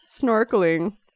snorkeling